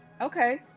Okay